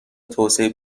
توسعه